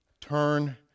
turn